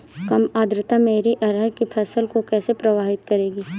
कम आर्द्रता मेरी अरहर की फसल को कैसे प्रभावित करेगी?